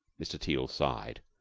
mr. teal sighed.